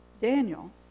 Daniel